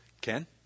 Ken